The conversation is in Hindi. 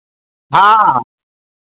हाँ